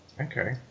Okay